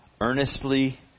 Earnestly